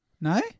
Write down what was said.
No